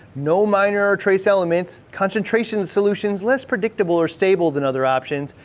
no minor or trace elements, concentration in solutions, less predictable or stable than other options.